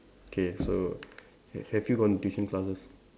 K so have have you gone tuition classes